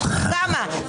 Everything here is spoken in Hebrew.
לא ברור לך?